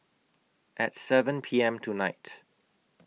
At seven P M tonight